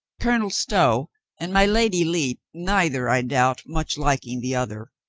colonel stow and my lady lepe, neither, i doubt, much liking the other,